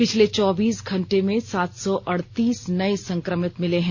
पिछले चौबीस घंटे में सात सौ अड़तीस नए संक्रमित मिले है